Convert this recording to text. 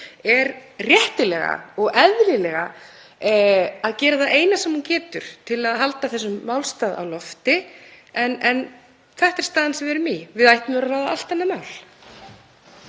er réttilega og eðlilega að gera það eina sem hún getur til að halda þessum málstað á lofti. En þetta er staðan sem við erum í. Við ættum að vera að ræða allt annað mál.